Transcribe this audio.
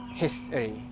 history